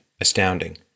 astounding